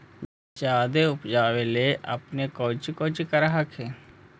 जादे उपजाबे ले अपने कौची कौची कर हखिन?